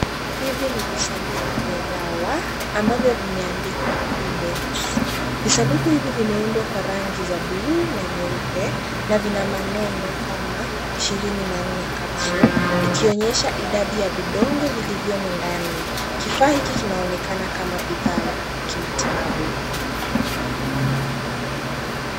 Hivi ni visanduku vya dawa, ambavyo vimeandikwa Ibex. Visanduku hivi vimeundwa kwa rangi za bluu na nyeupe, na vina maneno kama ishirini na nne capsule , ikionyesha idadi ya vidonge vilivyomo ndani. Kifaa hiki kinaonekana kama bidhaa ya kimatibabu.